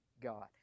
God